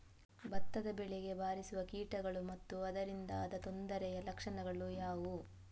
ಭತ್ತದ ಬೆಳೆಗೆ ಬಾರಿಸುವ ಕೀಟಗಳು ಮತ್ತು ಅದರಿಂದಾದ ತೊಂದರೆಯ ಲಕ್ಷಣಗಳು ಯಾವುವು?